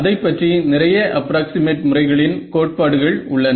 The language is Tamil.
அதைப் பற்றி நிறைய அப்ராக்ஸிமேட் முறைகளின் கோட்பாடுகள் உள்ளன